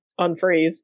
unfreeze